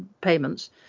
payments